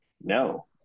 No